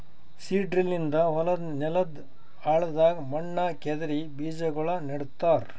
seed drill ನಿಂದ ಹೊಲದ್ ನೆಲದ್ ಆಳದಾಗ್ ಮಣ್ಣ ಕೆದರಿ ಬೀಜಾಗೋಳ ನೆಡ್ತಾರ